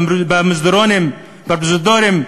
במסדרונות, בפרוזדורים?